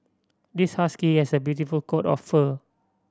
this husky has a beautiful coat of fur